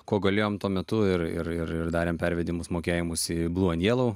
kuo galėjom tuo metu ir ir ir ir darėm pervedimus mokėjimus į blu end jelou